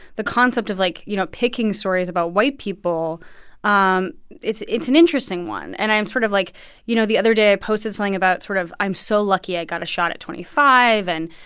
the concept of, like, you know, picking stories about white people um it's it's an interesting one. and i'm sort of like you know, the other day, i posted something about sort of, i'm so lucky i got a shot at twenty five and,